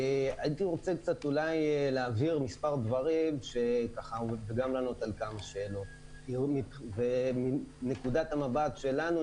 הייתי רוצה להבהיר מספר דברים וגם לענות על כמה שאלות מנקודת המבט שלנו,